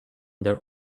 their